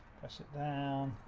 press it down.